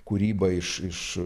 kūrybą iš iš